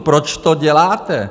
Proč to děláte?